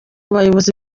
bayobozi